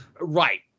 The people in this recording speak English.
Right